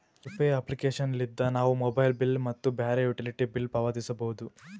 UPI application ಲಿದ್ದ ನಾವು mobile bill ಮತ್ತು ಬ್ಯಾರೆ ಯುಟಿಲಿಟಿ ಬಿಲ್ ಪಾವತಿಸಬೋದು